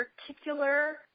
particular-